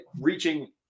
reaching